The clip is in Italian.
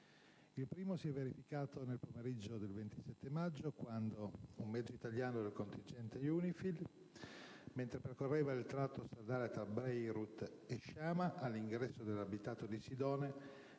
Il primo si è verificato nel pomeriggio del 27 maggio, quando un mezzo italiano del contingente UNIFIL, mentre percorreva il tratto stradale tra Beirut e Shama, all'ingresso dell'abitato di Sidone,